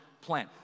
plan